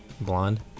Blonde